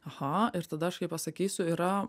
aha ir tada aš kai pasakysiu yra